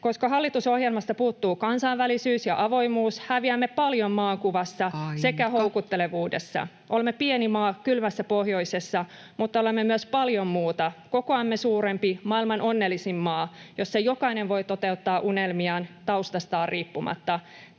Koska hallitusohjelmasta puuttuu kansainvälisyys ja avoimuus, häviämme paljon maakuvassa [Puhemies: Aika!] sekä houkuttelevuudessa. Olemme pieni maa kylmässä pohjoisessa, mutta olemme myös paljon muuta: kokoamme suurempi maailman onnellisin maa, jossa jokainen voi toteuttaa unelmiaan taustastaan riippumatta.